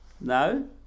No